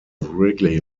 wrigley